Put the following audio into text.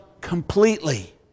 completely